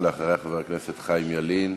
אחריה, חבר הכנסת חיים ילין,